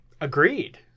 Agreed